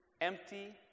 empty